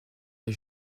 est